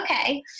okay